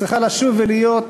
צריכה לשוב ולהיות